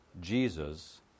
Jesus